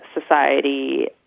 society